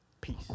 Peace